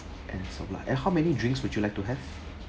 and som~ lah and how many drinks would you like to have